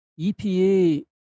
EPA